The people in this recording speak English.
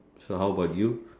so how bout you